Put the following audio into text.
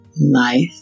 Life